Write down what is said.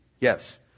Yes